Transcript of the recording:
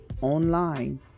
online